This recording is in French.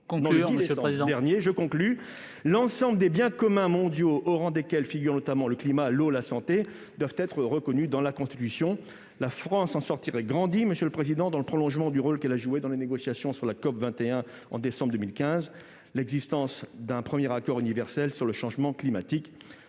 Je conclus : l'ensemble des biens communs mondiaux, au rang desquels figurent notamment le climat, l'eau, la santé, doivent être reconnus dans la Constitution. La France en sortirait grandie, monsieur le garde des sceaux, dans le prolongement du rôle qu'elle a joué dans les négociations sur la COP21 en décembre 2015 pour faire aboutir le premier accord universel sur le changement climatique.